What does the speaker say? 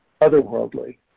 otherworldly